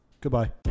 Goodbye